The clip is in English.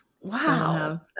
wow